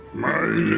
my